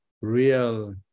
real